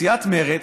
סיעת מרצ,